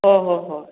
ꯍꯣꯏ ꯍꯣꯏ ꯍꯣꯏ